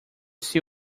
see